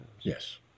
Yes